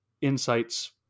insights